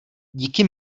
díky